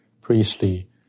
priestly